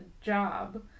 job